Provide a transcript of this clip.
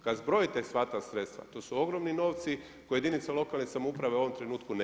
Kada zbrojite sva ta sredstva, to su ogromni novci koje jedinica lokalne samouprave u ovom trenutku nema.